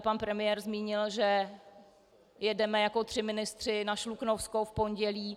Pan premiér tady zmínil, že jedeme jako tři ministři na Šluknovsko v pondělí.